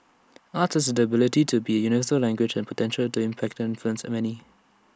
arts has the ability to be universal language and potential to impact and influence many